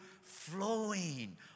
flowing